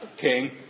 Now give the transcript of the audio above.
king